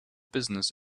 business